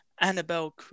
Annabelle